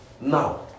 Now